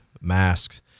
masks